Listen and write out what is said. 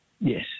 Yes